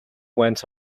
went